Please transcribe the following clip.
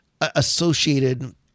associated